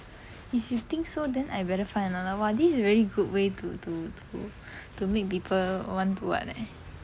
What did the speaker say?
if you think so then I better find another !wah! this is a very good way to to to to make people want to [one] eh